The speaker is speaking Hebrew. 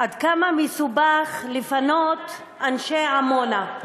עד כמה מסובך לפנות את אנשי עמונה.